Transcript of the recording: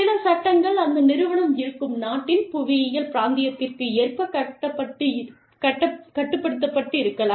சில சட்டங்கள் அந்த நிறுவனம் இருக்கும் நாட்டின் புவியியல் பிராந்தியத்திற்கு ஏற்ப கட்டுப்படுத்தப் பட்டிருக்கலாம்